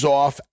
off